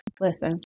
listen